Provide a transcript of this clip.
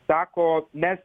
sako mes